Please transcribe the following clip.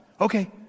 Okay